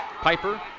Piper